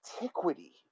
antiquity